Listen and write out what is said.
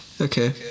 Okay